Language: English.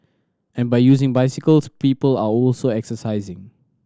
and by using bicycles people are also exercising